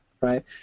right